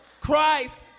Christ